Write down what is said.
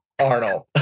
Arnold